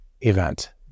event